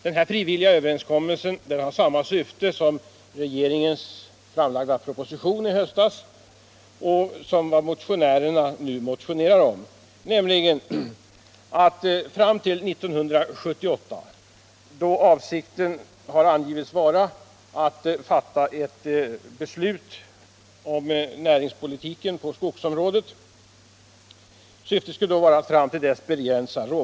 Den frivilliga överenskommelsen har samma syfte som regeringens i höstas framlagda proposition och det som motionärerna nu har motionerat om, nämligen att begränsa råvaruuttaget fram till 1978, då avsikten har angivits vara att fatta ett beslut om näringspolitiken på skogsområdet.